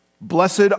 Blessed